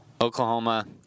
Oklahoma